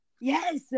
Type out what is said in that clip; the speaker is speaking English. Yes